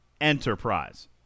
Enterprise